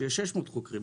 שיש 600 חוקרים.